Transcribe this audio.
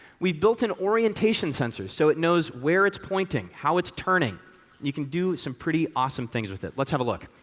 we've built in orientation sensors so it knows where it's pointing, how it's turning. and you can do some pretty awesome things with it. let's have a look.